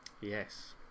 yes